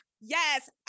yes